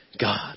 God